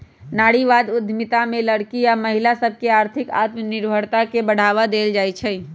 नारीवाद उद्यमिता में लइरकि आऽ महिला सभके आर्थिक आत्मनिर्भरता के बढ़वा देल जाइ छइ